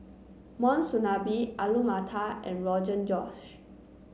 Monsunabe Alu Matar and Rogan Josh